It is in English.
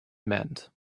meant